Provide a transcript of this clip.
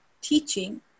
teaching